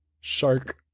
Shark